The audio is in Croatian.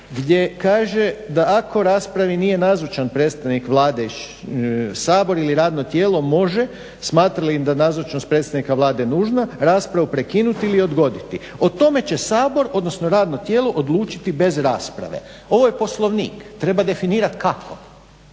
gdje kaže da ako raspravi nije nazočan predstavnik Vlade, Sabor ili radno tijelo može, smatra li da je nazočnost predsjednika Vlade nužna, raspravu prekinuti ili odgoditi. O tome će Sabor, odnosno radno tijelo odlučiti bez rasprave. Ovo je Poslovnik, treba definirat kako,